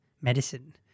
medicine